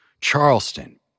Charleston